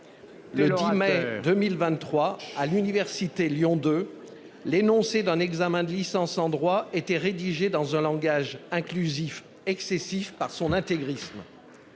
Le 10 mai 2023 à l'université Lyon II l'énoncé d'un examen de licence en droit était rédigé dans un langage inclusif excessif par son intégrisme.